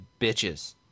bitches